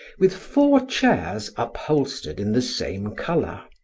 with four chairs upholstered in the same color.